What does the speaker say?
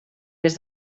des